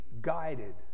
guided